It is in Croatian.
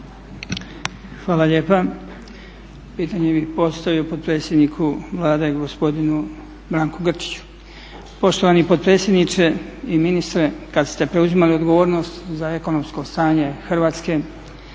Hvala lijepa. Pitanje bih postavio potpredsjedniku Vlade gospodinu Branku Grčiću. Poštovani potpredsjedniče i ministre kad ste preuzimali odgovornost za ekonomsko stanje Hrvatske,